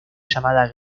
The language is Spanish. llamada